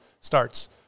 starts